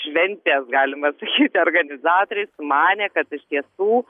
šventės galima sakyti organizatoriai sumanė kad iš tiesų